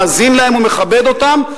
מאזין להם ומכבד אותם,